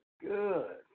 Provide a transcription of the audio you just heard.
good